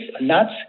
nuts